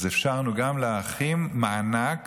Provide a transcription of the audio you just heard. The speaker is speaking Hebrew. אז אפשרנו גם לאחים מענק